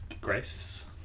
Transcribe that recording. Grace